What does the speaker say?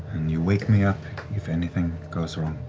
you wake me up if anything goes wrong.